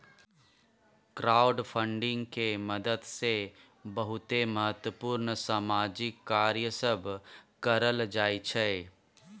crowdfunding के मदद से बहुते महत्वपूर्ण सामाजिक कार्य सब करल जाइ छइ